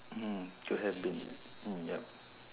mm could have been mm yup